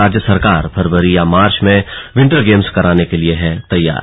राज्य सरकार फरवरी या मार्च में विंटर गेम्स कराने के लिए है तैयार